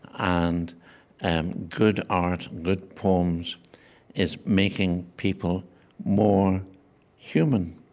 and and good art, good poems is making people more human,